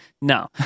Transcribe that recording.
No